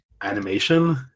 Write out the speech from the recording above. animation